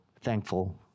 thankful